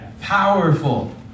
Powerful